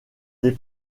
des